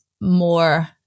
more